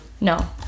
No